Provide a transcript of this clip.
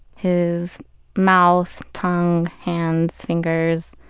his mouth, tongue, hands, fingers,